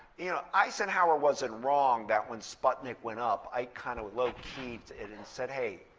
you know eisenhower wasn't wrong that when sputnik went up, ike kind of low-keyed it and said, hey,